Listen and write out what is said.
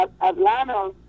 Atlanta